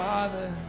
Father